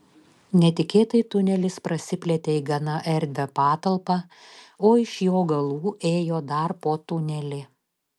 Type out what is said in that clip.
netikėtai tunelis prasiplėtė į gana erdvią patalpą iš jo galų ėjo dar po tunelį